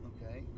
Okay